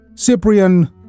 Cyprian